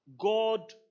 God